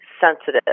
sensitive